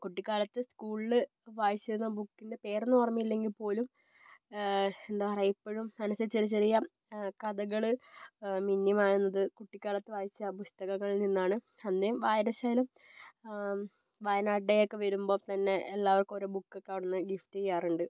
കുട്ടിക്കാലത്ത് സ്കൂളിൽ വായിച്ചിരുന്ന ബുക്കിൻ്റെ പേരൊന്നും ഓർമ്മയില്ലെങ്കിൽപ്പോലും എന്താ പറയുക ഇപ്പോഴും മനസ്സിൽ ചെറിയ ചെറിയ കഥകൾ മിന്നി മായുന്നത് കുട്ടിക്കാലത്ത് വായിച്ച പുസ്തകങ്ങളിൽ നിന്നാണ് അന്നേ വായനാശീലം വായന ഡേയൊക്കെ വരുമ്പോൾ തന്നെ എല്ലാവർക്കും ഓരോ ബുക്കൊക്കെ അവിടെനിന്ന് ഗിഫ്റ്റ് ചെയ്യാറുണ്ട്